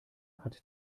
hat